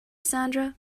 sandra